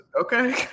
Okay